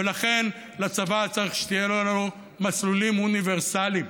ולכן לצבא צריך שיהיו מסלולים אוניברסליים.